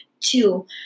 two